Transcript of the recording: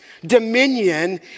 dominion